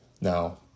Now